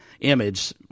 image